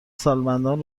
سالمندان